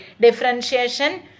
Differentiation